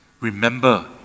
remember